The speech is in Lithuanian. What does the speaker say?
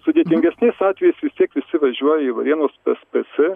sudėtingesniais atvejais vis tiek visi važiuoja į varėnos pspc